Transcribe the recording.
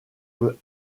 peut